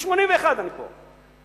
מ-1981 אני פה.